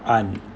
uh